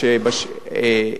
בשנים האחרונות